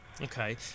Okay